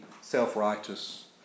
self-righteous